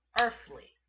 earthly